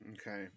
Okay